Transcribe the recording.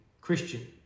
Christian